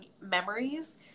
memories